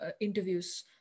interviews